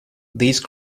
these